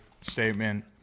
statement